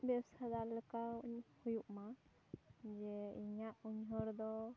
ᱵᱮᱵᱽᱥᱟ ᱫᱟᱨ ᱞᱮᱠᱟᱧ ᱦᱩᱭᱩᱜ ᱢᱟ ᱡᱮ ᱤᱧᱟᱹᱜ ᱩᱭᱦᱟᱹᱨ ᱫᱚ